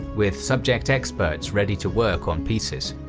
with subject experts ready to work on pieces.